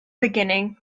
beginning